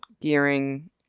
gearing